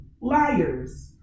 liars